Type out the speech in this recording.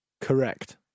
Correct